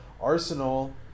Arsenal